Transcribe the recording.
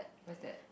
what's that